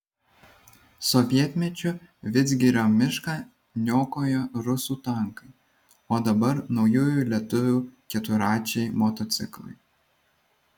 sovietmečiu vidzgirio mišką niokojo rusų tankai o dabar naujųjų lietuvių keturračiai motociklai